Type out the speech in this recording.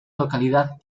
localidad